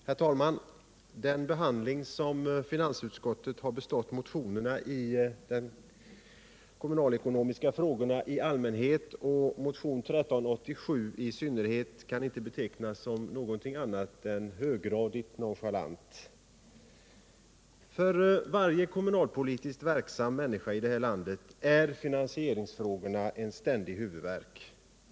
Herr talman! Den behandling som finansutskottet beträffande de kommunalekonomiska frågorna har bestått motionerna i allmänhet och motionen 1387 i synnerhet kan inte betecknas som något annat än höggradigt nonchalant. För varje kommunalpolitiskt verksam människa i detta land är finansieringsfrågorna en ständig huvudvärk.